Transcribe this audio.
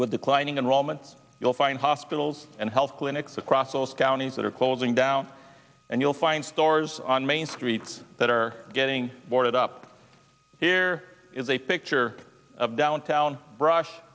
with declining enrollment you'll find hospitals and health clinics across those counties that are closing down you'll find stores on main streets that are getting boarded up here is a picture of downtown brush